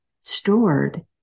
stored